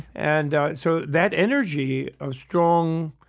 and so that energy, a strong,